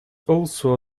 also